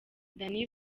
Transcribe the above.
danny